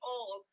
old